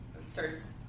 starts